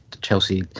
Chelsea